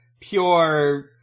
pure